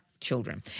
children